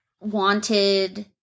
wanted